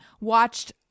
watched